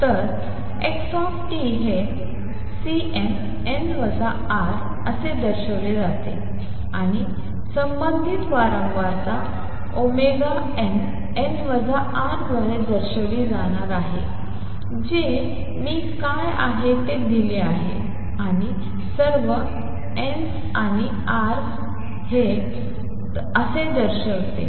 तर x हे Cnn τअसे दर्शिवले जाते आणि संबंधित वारंवारता nn τद्वारे दर्शविले जाणार आहे जे मी काय आहे ते दिले आहे आणि सर्व ns आणि τ's हे असे दर्शवते